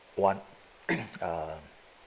one uh